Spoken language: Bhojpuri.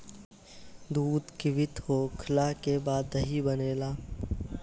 दूध किण्वित होखला के बाद दही बनेला